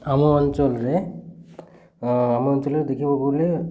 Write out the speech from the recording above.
ଆମ ଅଞ୍ଚଲରେ ଆମ ଅଞ୍ଚଳରେ ଦେଖିବାକୁ ଗଲେ